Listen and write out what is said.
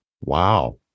Wow